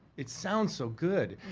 it sounds so good.